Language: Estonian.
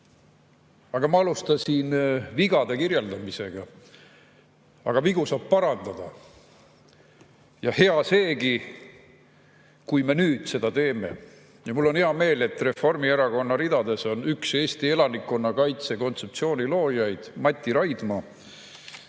Ma alustasin vigade kirjeldamisega, aga vigu saab parandada. Hea seegi, kui me nüüd seda teeme. Ja mul on hea meel, et Reformierakonna ridades on üks Eesti elanikkonnakaitse kontseptsiooni loojaid Mati Raidma.